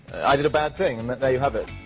i did a bad thing. and there you have it.